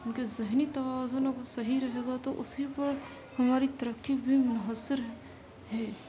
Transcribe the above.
ان کے ذہنی توازن اگر صحیح رہے گا تو اسی پر ہماری ترقی بھی منحصر ہے